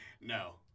No